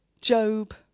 Job